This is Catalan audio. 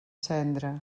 cendra